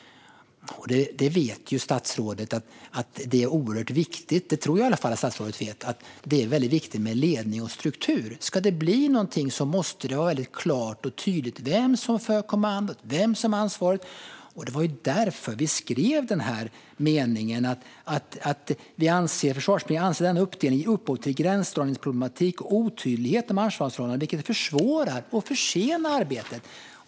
Statsrådet vet ju, tror jag i alla fall, att det är viktigt med ledning och struktur. Ska det bli något måste det vara klart och tydligt vem som för kommandot och vem som har ansvaret. Det var ju därför vi skrev att "Försvarsberedningen anser att denna uppdelning ger upphov till gränsdragningsproblematik och otydlighet om ansvarsförhållanden, vilket försvårar och försenar arbetet".